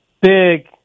big